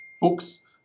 books